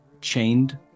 chained